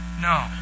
No